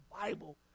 Bible